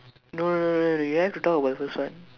no no no you have to talk about the first one